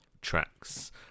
tracks